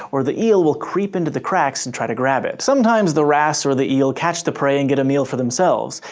or the eel will creep into the cracks and try to grab it. sometimes the wrasse or the eel catch the prey and get a meal for themselves,